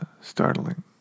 startling